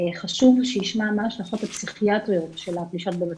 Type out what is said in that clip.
חשוב שישמע מה ההשלכות הפסיכיאטריות של הפלישה לבתים.